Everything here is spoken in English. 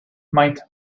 might